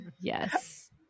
yes